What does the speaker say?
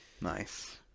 Nice